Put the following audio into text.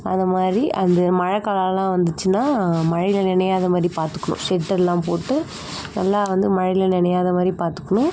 அந்த மாதிரி அந்த மழை காலம்லாம் வந்துச்சுன்னா மழையில நனையாத மாதிரி பாத்துக்கணும் ஷெல்ட்டரெல்லாம் போட்டு நல்லா வந்து மழையில நனையாத மாதிரி பாத்துக்கணும்